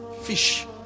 fish